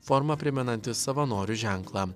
forma primenantis savanorių ženklą